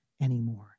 anymore